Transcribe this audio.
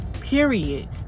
period